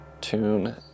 tune